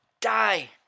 die